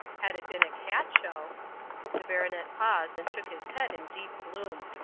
had it been a cat show the baronet paused and shook his head in deep gloom.